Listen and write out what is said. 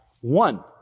One